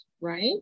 right